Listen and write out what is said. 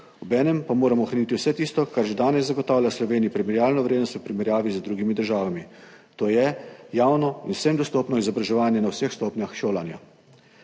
obenem pa moramo ohraniti vse tisto, kar že danes zagotavlja Sloveniji primerjalno vrednost v primerjavi z drugimi državami, to je javno in vsem dostopno izobraževanje na vseh stopnjah šolanja.